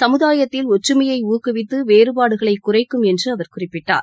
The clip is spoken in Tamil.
சமதாயத்தில் ஒற்றுமையை ஊக்குவித்து வேறுபாடுகளை குறைக்கும் என்று அவர் குறிப்பிட்டார்